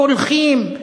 קולחים,